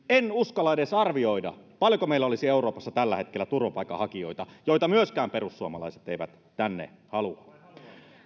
en uskalla edes arvioida paljonko meillä olisi euroopassa tällä hetkellä turvapaikanhakijoita joita myöskään perussuomalaiset eivät tänne halua